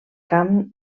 camp